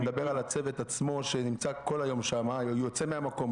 אני מדבר על הצוות עצמו שנמצא כל היום שם יוצא מהמקום,